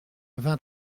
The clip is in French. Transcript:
vingt